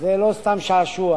זה לא סתם שעשוע,